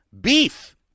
Beef